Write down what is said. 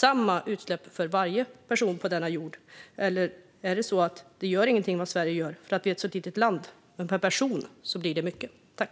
våra utsläpp för att alla människor på denna jord ska släppa ut lika mycket? Eller spelar det ingen roll vad Sverige gör för att det är ett så litet land? Men per person blir det stora utsläpp.